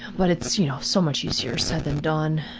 but it's you know so much easier said than done.